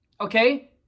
Okay